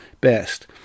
best